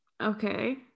Okay